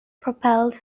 propelled